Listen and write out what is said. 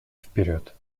вперед